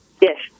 Yes